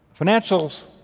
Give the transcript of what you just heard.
Financials